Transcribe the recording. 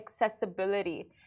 accessibility